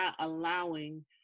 allowing